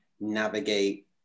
navigate